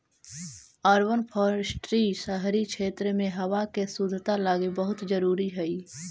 urban forestry शहरी क्षेत्रों में हावा के शुद्धता लागी बहुत जरूरी हई